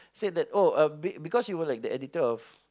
said that oh uh because she was like the editor of